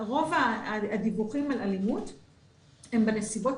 רוב הדיווחים על אלימות הם בנסיבות